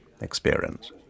experience